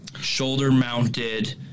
shoulder-mounted